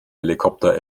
helikopter